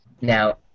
Now